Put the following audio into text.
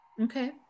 Okay